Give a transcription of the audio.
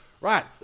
right